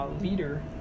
leader